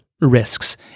risks